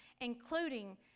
including